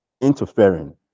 interfering